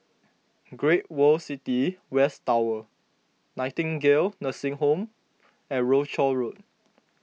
Great World City West Tower Nightingale Nursing Home and Rochor Road